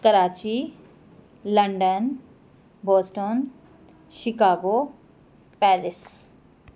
Karachi London Boston Chicago Paris